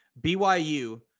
BYU